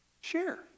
Share